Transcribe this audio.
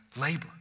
labor